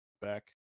back